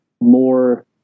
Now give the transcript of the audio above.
more